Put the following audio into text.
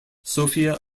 sophia